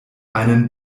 einen